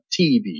TV